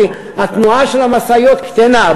כך התנועה של המשאיות קטנה.